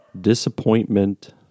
disappointment